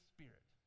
Spirit